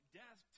death